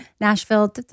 Nashville